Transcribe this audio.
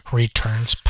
returns